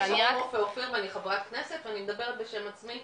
אני חברת כנסת, אני מדברת בשם עצמי.